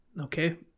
Okay